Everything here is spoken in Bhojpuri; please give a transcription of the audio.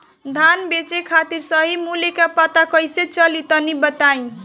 धान बेचे खातिर सही मूल्य का पता कैसे चली तनी बताई?